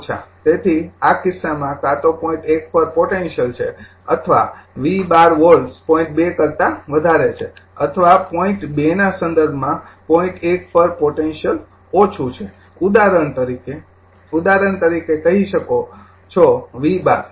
તેથી આ કિસ્સામાં કા તો પોઈન્ટ ૧ પર પોટેન્સીયલ છે અથવા V૧૨ વોલ્ટસ પોઇન્ટ ૨ કરતા વધારે છે અથવા પોઇન્ટ ૨ ના સંદર્ભમાં પોઈન્ટ ૧ પર પોટેન્સીયલ ઓછું છે ઉદાહરણ તરીકે ઉદાહરણ તરીકે કહી શકો છો V૧૨